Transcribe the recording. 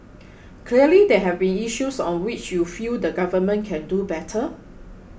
clearly there have been issues on which you feel the Government can do better